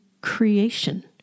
creation